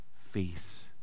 face